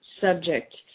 subject